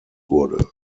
wurde